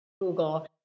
Google